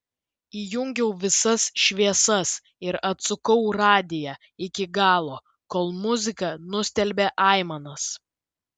įjungiau visas šviesas ir atsukau radiją iki galo kol muzika nustelbė aimanas